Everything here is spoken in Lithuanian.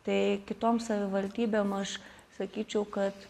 tai kitom savivaldybėm aš sakyčiau kad